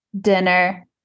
dinner